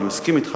אני מסכים אתך,